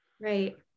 Right